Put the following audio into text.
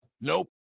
Nope